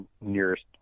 nearest